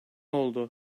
oldu